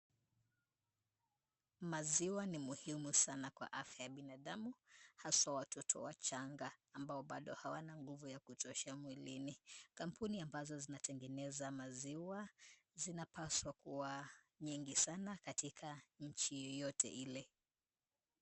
Maziwa ni muhimu sana kwa afya ya binadamu haswa watoto wachanga ambao hadi hawana nguvu ya kutoshea mwilini. Kampuni ambazo zinatengeneza maziwa zinapaswa kuwa nyingi sana katika nchi yoyote ile.